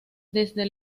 desde